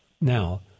now